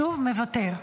שוב מוותר.